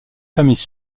familles